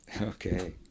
Okay